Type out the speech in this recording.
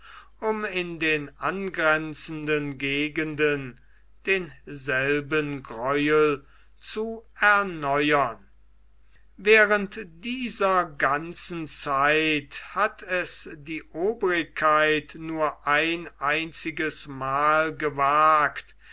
um in den angrenzenden gegenden denselben gräuel zu erneuern während dieser ganzen zeit hat es die obrigkeit nur ein einziges mal gewagt